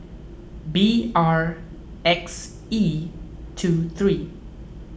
B R X E two three